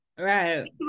Right